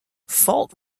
fault